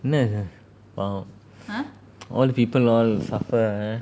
என்ன அது:enna adhu well all the people all suffer ah